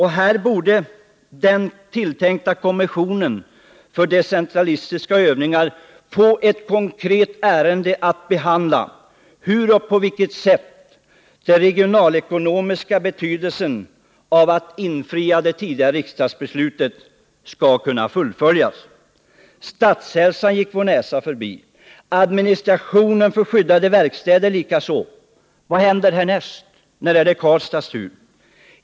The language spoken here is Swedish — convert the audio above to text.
Här borde den tilltänkta kommissionen för decentralistiska övningar få ett konkret ärende att behandla: På vilket sätt skall det tidigare riksdagsbeslutet kunna fullföljas när det gäller den regionalekonomiska betydelsen av det? Statshälsan gick vår näsa förbi, administrationen för skyddade verkstäder likaså. Vad händer härnäst — när är det Karlstads tur?